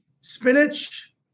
spinach